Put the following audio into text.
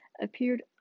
appeared